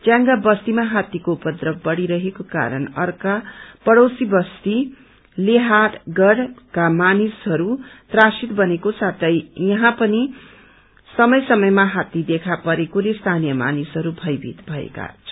च्यांगा बस्तीमा हात्तीको उपव्रव बढ़ी रहेको कारण अर्को पढ़ोसी बस्ती लोहागढ़का मानिसहरू त्रसित बनेको साथै यहाँ पनि समय समयमा हात्ती देखा परेकोले स्थानीय मानिसहरू भयभीत भएका छन्